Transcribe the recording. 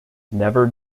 never